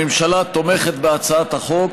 הממשלה תומכת בהצעת החוק.